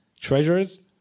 treasures